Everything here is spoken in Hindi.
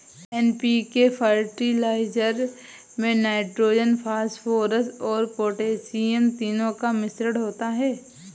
एन.पी.के फर्टिलाइजर में नाइट्रोजन, फॉस्फोरस और पौटेशियम तीनों का मिश्रण होता है